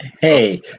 Hey